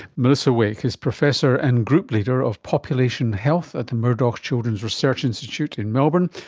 melissa wake is professor and group leader of population health at the murdoch children's research institute in melbourne,